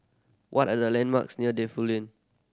what are the landmarks near Defu Lane